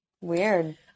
Weird